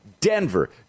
Denver